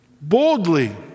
Boldly